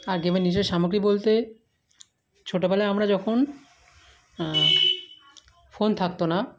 আর গেমের নিজের সামগ্রী বলতে ছোটবেলায় আমরা যখন ফোন থাকতো না